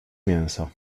mięso